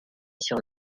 sur